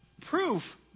proof